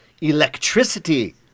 electricity